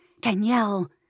Danielle